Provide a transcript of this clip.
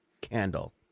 candle